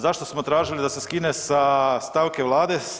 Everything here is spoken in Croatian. Zašto smo tražili da se skine sa stavke Vlade?